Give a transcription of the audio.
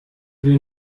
will